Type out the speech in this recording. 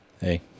hey